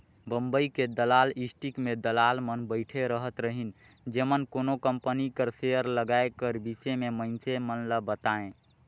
बंबई के दलाल स्टीक में दलाल मन बइठे रहत रहिन जेमन कोनो कंपनी कर सेयर लगाए कर बिसे में मइनसे मन ल बतांए